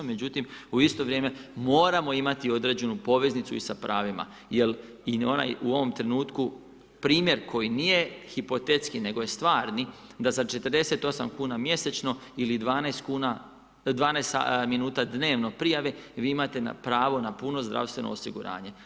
Međutim, u isto vrijeme moramo imati određenu poveznicu i sa pravima, jer i ona u ovom trenutku primjer koji nije hipotetski nego je stvarni da za 48 kn mjesečno ili 12 minuta dnevno prijave, vi imate na pravo na puno zdravstveno osiguranje.